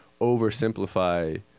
oversimplify